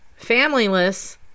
familyless